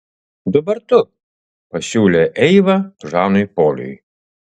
dabar tu pasiūlė eiva žanui poliui